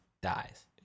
dies